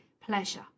pleasure